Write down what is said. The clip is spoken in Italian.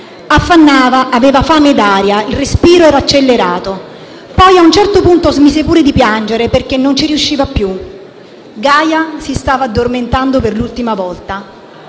Affannava, aveva fame d'aria, il respiro era accelerato. Poi a un certo punto smise pure di piangere, perché non ci riusciva più. Gaia si stava addormentando per l'ultima volta,